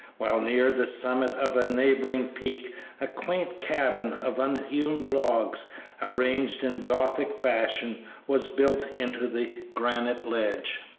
while near the summit of a neighboring peak a quaint cabin of unhewn logs arranged in gothic fashion was built into the granite ledge.